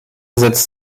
setzt